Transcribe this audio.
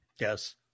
Yes